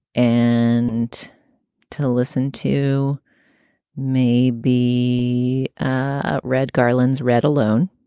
and to listen to me be ah read, galan's read alone